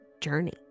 journey